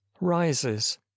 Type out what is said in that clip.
rises